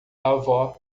avó